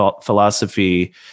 philosophy